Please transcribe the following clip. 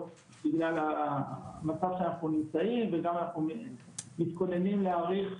בגלל המצב שבו אנחנו נמצאים וגם אנחנו מתכוננים להאריך,